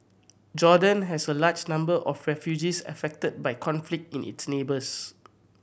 Jordan has a large number of refugees affected by conflict in its neighbours